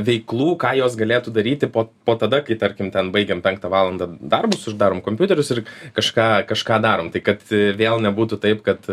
veiklų ką jos galėtų daryti po po tada kai tarkim ten baigiam penktą valandą darbus uždarom kompiuterius ir kažką kažką darom tai kad vėl nebūtų taip kad